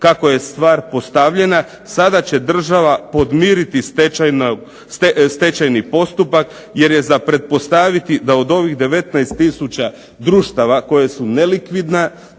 kako je stvar postavljena sada će država podmiriti stečajni postupak jer je za pretpostaviti da od ovih 19 tisuća društava koja su nelikvidna,